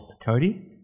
Cody